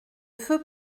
feu